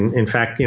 in fact,